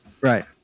Right